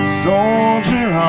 soldier